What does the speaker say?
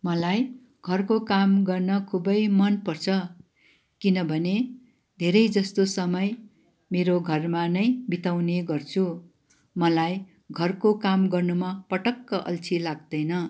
मलाई घरको काम गर्न खुबै मन पर्छ किनभने धेरै जस्तो समय मेरो घरमा नै बिताउने गर्छु मलाई घरको काम गर्नुमा पटक्क अल्छी लाग्दैन